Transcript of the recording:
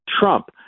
Trump